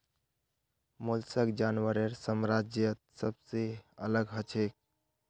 mollusc जानवरेर साम्राज्यत सबसे अलग हछेक